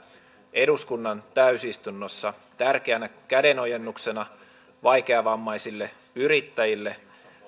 eduskunnan täysistunnossa tärkeänä kädenojennuksena vaikeavammaisille yrittäjille